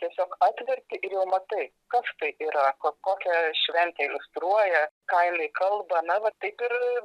tiesiog atverti jau matai kas tai yra ko kokią šventę iliustruoja ką jinai kalba na vat taip ir